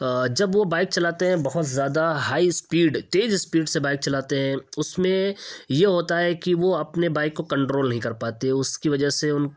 جب وہ بائیک چلاتے ہیں بہت زیادہ ہائی اسپیڈ تیز اسپیڈ سے بائیک چلاتے ہیں اس میں یہ ہوتا ہے کہ وہ اپنے بائیک کو کنٹرول نہیں کر پاتے اس کی وجہ سے ان